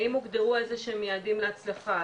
האם הוגדרו איזה שהם יעדים להצלחה?